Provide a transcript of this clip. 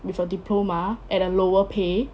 with a diploma at a lower pay